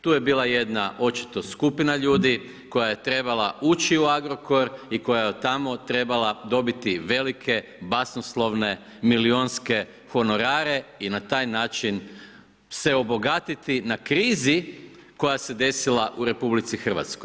Tu je bila jedan očito skupina ljudi, koja je trebala ući u Agrokor i koja je od tamo trebala dobiti velike basnoslovne, milijunske honorare i na taj način se obogatiti na krizi koja se desila u RH.